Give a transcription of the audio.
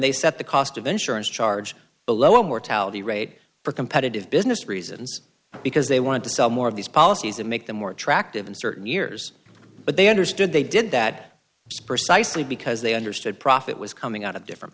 they set the cost of insurance charge below mortality rate for competitive business reasons because they want to sell more of these policies and make them more attractive in certain years but they understood they did that precisely because they understood profit was coming out of different